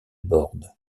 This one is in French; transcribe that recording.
borde